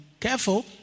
Careful